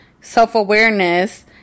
self-awareness